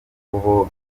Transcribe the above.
kuko